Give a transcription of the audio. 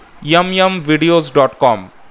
yumyumvideos.com